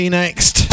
next